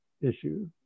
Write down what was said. issue